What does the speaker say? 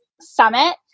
summit